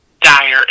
dire